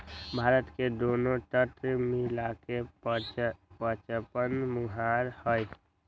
भारत में दुन्नो तट मिला के पचपन मुहान हई